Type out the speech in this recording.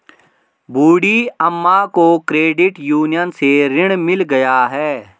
बूढ़ी अम्मा को credit union से ऋण मिल गया है